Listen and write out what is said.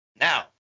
Now